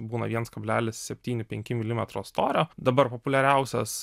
būna viens kablelis septyni penki milimetro storio dabar populiariausias